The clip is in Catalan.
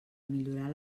millorar